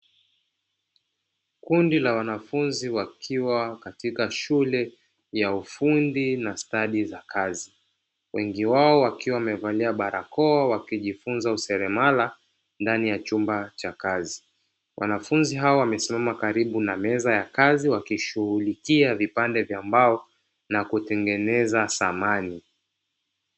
Kundi la wanafunzi wakiwa katika shule ya ufundi na stadi za kazi, wengi wao wakiwa wamevalia barakoa wakijifunza useremala ndani ya chumba cha kazi. Wanafunzi hawa wamesimama karibu na meza ya kazi, wakishughulikia vipande vya mbao na kutengeneza samani.